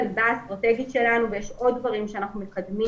באסטרטגיה שלנו ויש עוד דברים שאנחנו מקדמים